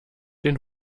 den